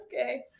Okay